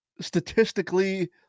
statistically